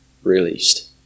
released